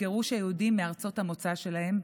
אחרת.